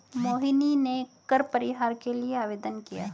मोहिनी ने कर परिहार के लिए आवेदन किया